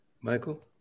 Michael